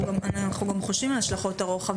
אנחנו חושבים גם על השלכות הרוחב,